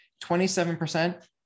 27%